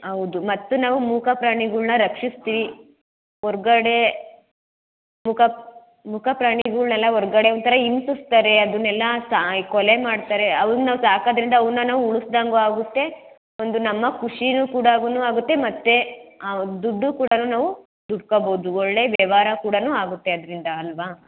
ಹೌದು ಮತ್ತು ನಾವು ಮೂಕ ಪ್ರಾಣಿಗಳ್ನ ರಕ್ಷಿಸಿ ಹೊರ್ಗಡೆ ಮೂಕ ಮೂಕ ಪ್ರಾಣಿಗಳ್ನೆಲ್ಲ ಹೊರ್ಗಡೆ ಒಂಥರ ಹಿಂಸಸ್ತಾರೆ ಅದನ್ನೆಲ್ಲ ಸಾಯ ಕೊಲೆ ಮಾಡ್ತಾರೆ ಅವನ್ನ ನಾವು ಸಾಕೋದ್ರಿಂದ ಅವನ್ನು ನಾವು ಉಳಸ್ದಾಗು ಆಗುತ್ತೆ ಒಂದು ನಮ್ಮ ಖುಷಿ ಕೂಡ ಹಾಗುನು ಆಗುತ್ತೆ ಮತ್ತೆ ಆ ದುಡ್ಡು ಕೂಡ ನಾವು ದುಡ್ಕೋಬೌದು ಒಳ್ಳೆಯ ವ್ಯವಹಾರ ಕೂಡ ಆಗುತ್ತೆ ಅದರಿಂದ ಅಲ್ವಾ